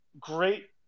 great